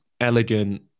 elegant